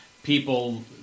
people